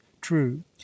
true